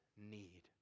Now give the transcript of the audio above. need